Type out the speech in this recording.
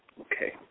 Okay